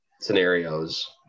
scenarios